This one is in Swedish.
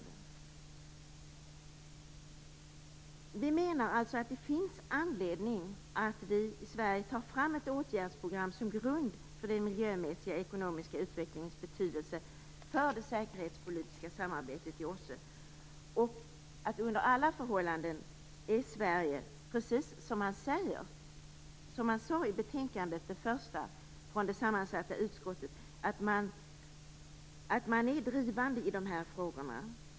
Vi i Miljöpartiet menar alltså att det finns anledning till att vi i Sverige tar fram ett åtgärdsprogram som grund för den miljömässiga ekonomiska utvecklingens betydelse för det säkerhetspolitiska samarbetet i OSSE. Under alla förhållanden är Sverige, precis som man sade i det första betänkandet från det sammansatta utskottet, drivande i dessa frågor.